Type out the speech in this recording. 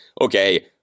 okay